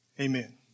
Amen